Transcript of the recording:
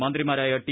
മന്ത്രിമാരായ ടി